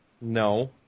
No